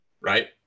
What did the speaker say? right